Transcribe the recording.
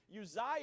Uzziah